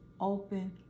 Open